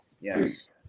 yes